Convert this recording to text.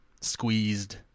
squeezed –